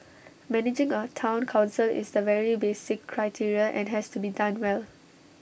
managing A Town Council is the very basic criteria and has to be done well